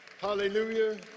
Hallelujah